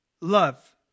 love